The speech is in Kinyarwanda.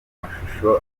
amashusho